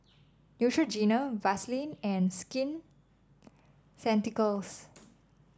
Neutrogena Vaselin and Skin Ceuticals